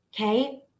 Okay